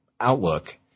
Outlook –